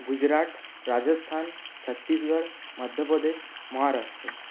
Gujarat Rajasthan Chhattisgarh Madhya Pradesh Maharashtra